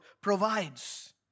provides